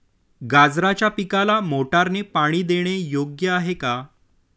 गाजराच्या पिकाला मोटारने पाणी देणे योग्य आहे का?